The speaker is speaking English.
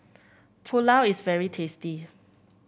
pulao is very tasty